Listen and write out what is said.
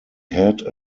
had